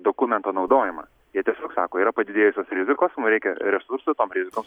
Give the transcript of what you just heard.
dokumento naudojimą jie tiesiog sako yra padidėjusios rizikos mum reikia resursų tom rizikom